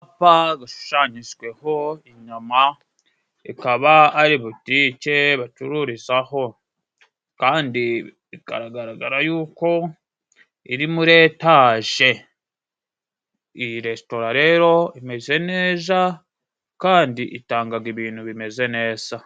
Ishushanyijweho inyama ikaba ari butike bacururizaho. Kandi ikagaragara yuko iri muri etage, iyi resitora rero imeze neza kandi itangaga ibintu bimeze neza.